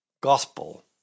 gospel